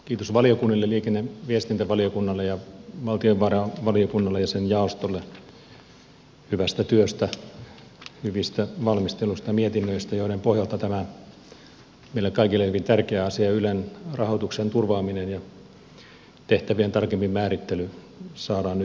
kiitos valiokunnille liikenne ja viestintävaliokunnalle ja valtiovarainvaliokunnalle ja sen jaostolle hyvästä työstä hyvistä valmisteluista ja mietinnöistä joiden pohjalta tämä meille kaikille hyvin tärkeä asia ylen rahoituksen turvaaminen ja tehtävien tarkempi määrittely saadaan nyt maaliin